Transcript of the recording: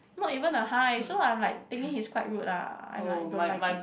not even a hi so I'm like thinking he's quite rude ah and I don't like it